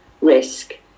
risk